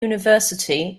university